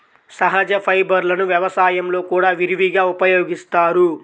సహజ ఫైబర్లను వ్యవసాయంలో కూడా విరివిగా ఉపయోగిస్తారు